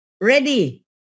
ready